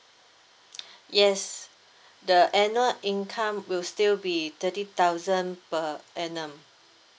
yes the annual income will still be thirty thousand per annum